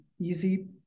easy